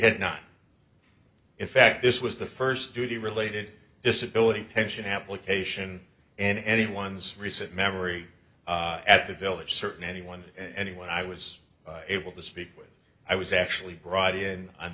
had not in fact this was the first duty related disability pension application in anyone's recent memory at the village certain anyone and when i was able to speak with i was actually brought in on